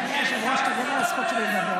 אדוני היושב-ראש, תגן על הזכות שלי לדבר.